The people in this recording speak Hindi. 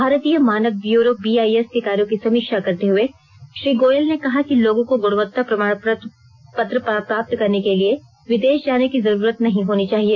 भारतीय मानक ब्यूरो बीआईएस के कार्यों की समीक्षा करते हुए श्री गोयल ने कहा कि लोगों को गुणवत्ता प्रमाण पत्र प्राप्त करने के लिए विदेश जाने की जरूरत नहीं होनी चाहिए